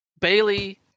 Bailey